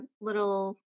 little